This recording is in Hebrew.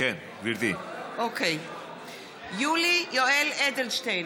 יולי יואל אדלשטיין,